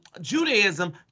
Judaism